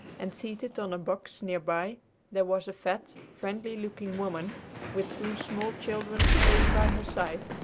and seated on a box near by there was a fat, friendly looking woman with two small children playing by her side.